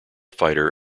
fighter